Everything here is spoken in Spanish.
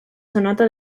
sonata